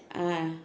ah